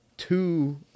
Two